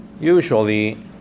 usually